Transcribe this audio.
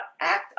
act